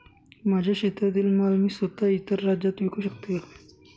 माझ्या शेतातील माल मी स्वत: इतर राज्यात विकू शकते का?